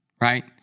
right